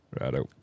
Righto